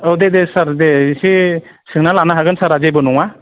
औ दे दे सार दे एसे सोंना लानो हागोन सारआ जेबो नङा